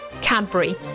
Cadbury